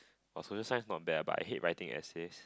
oh social science is not bad ah but I hate writing essays